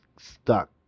stuck